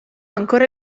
ancora